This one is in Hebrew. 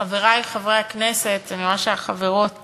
חברי חברי הכנסת, אני רואה שהחברות